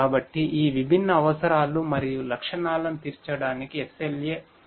కాబట్టి ఈ విభిన్న అవసరాలు మరియులక్షణాలనుతీర్చడానికి SLA ఉండాలి